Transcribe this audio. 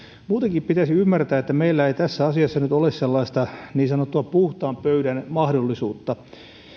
muutenkin pitäisi ymmärtää että meillä ei tässä asiassa nyt ole sellaista niin sanottua puhtaan pöydän mahdollisuutta